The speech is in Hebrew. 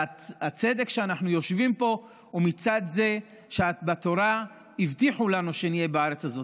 והצדק שאנחנו יושבים פה הוא מצד זה שבתורה הבטיחו לנו שנהיה בארץ הזאת,